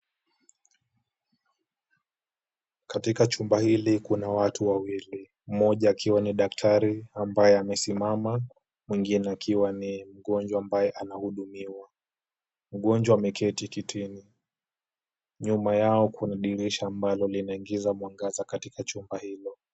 Katika chumba hili kuna watu wawili, mmoja akiwa ni daktari ambaye amesimama, mwingine akiwa ni mgonjwa ambaye anahudumiwa. Mgonjwa ameketi kitini. Nyuma yao kuna dirisha ambalo linaingiza mwangaza katika chumba hilo.